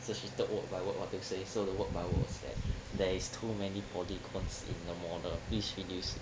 so she talked word by word what to say so the word by word was that there is too many polygons in the model please reduce it